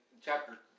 chapter